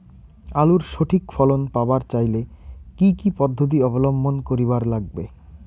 আলুর সঠিক ফলন পাবার চাইলে কি কি পদ্ধতি অবলম্বন করিবার লাগবে?